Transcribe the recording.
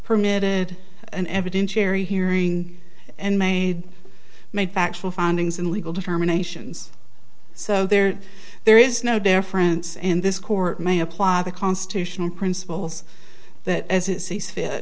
permitted an evidentiary hearing and made made factual findings and legal determinations so there there is no deference and this court may apply the constitutional principles that as it sees fit